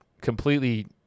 completely